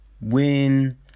win